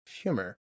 humor